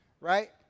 right